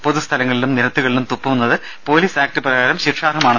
പൊതുസ്ഥലങ്ങളിലും നിരത്തുകളിലും തുപ്പു ന്നത് പൊലീസ് ആക്ട് പ്രകാരം ശിക്ഷാർഹമാണ്